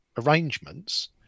arrangements